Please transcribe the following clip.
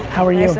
how are you? and